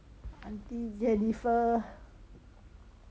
auntie jennifer